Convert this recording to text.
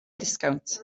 disgownt